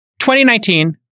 2019